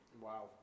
Wow